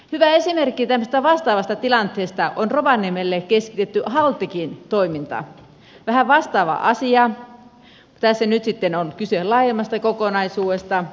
hyvä esimerkki tämmöisestä vastaavasta tilanteesta on rovaniemelle keskitetty haltikin toiminta vähän vastaava asia mutta tässä nyt sitten on kyse laajemmasta kokonaisuudesta